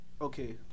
Okay